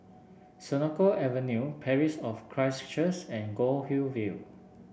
Senoko Avenue Parish of Christ Church and Goldhill View